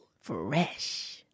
Fresh